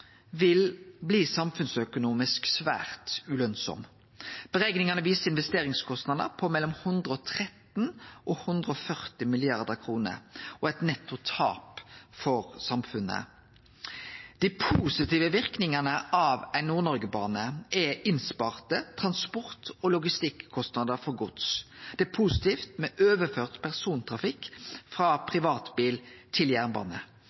vil bli samfunnsøkonomisk svært ulønsam. Berekningane viser investeringskostnader på mellom 113 og 140 mrd. kr og eit netto tap for samfunnet. Dei positive verknadene av ein Nord-Noreg-bane er innsparte transport- og logistikk-kostnader for gods. Det er positivt med overført persontrafikk frå privatbil til jernbane.